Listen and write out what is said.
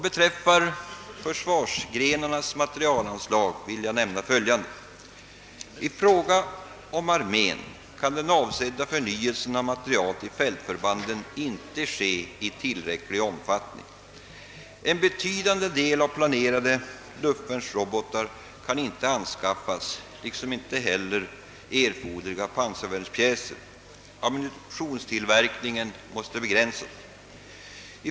Vad försvarsgrenarnas materielanslag beträffar vill jag nämna följande. När det gäller armén kan den avsedda förnyelsen av materiel för fältförbanden icke ske i tillräcklig omfattning. En betydande del av planerat antal luftvärnsrobotar kan icke anskaffas. Samma sak gäller erforderliga pansarvärnspjäser. Ammunitionstillverkningen måste begränsas.